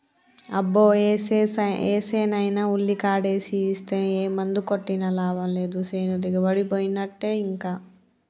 అబ్బో ఏసేనైనా ఉల్లికాడేసి ఇస్తే ఏ మందు కొట్టినా లాభం లేదు సేను దిగుబడిపోయినట్టే ఇంకా